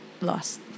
lost